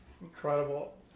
Incredible